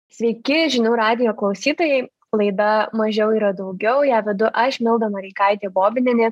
sveiki žinių radijo klausytojai laida mažiau yra daugiau ją vedu aš milda noreikaitė bobinienė